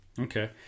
Okay